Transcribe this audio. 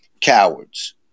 Cowards